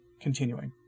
continuing